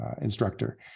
instructor